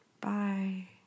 bye